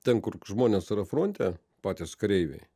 ten kur žmonės yra fronte patys kareiviai